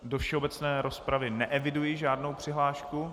Do všeobecné rozpravy neeviduji žádnou přihlášku.